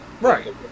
Right